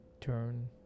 turn